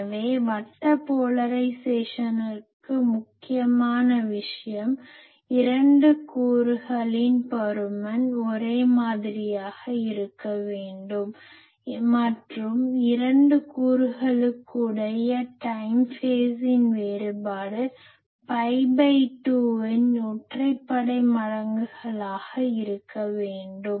எனவே வட்ட போலரைஸேசனிற்கு முக்கியமான விஷயம் 2 கூறுகளின் பருமன் ஒரே மாதிரியாக இருக்க வேண்டும் மற்றும் 2 கூறுகளுக்கிடையேயான டைம் ஃபேஸின் வேறுபாடு பை2 இன் ஒற்றைப்படை மடங்குகளாக இருக்க வேண்டும்